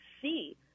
see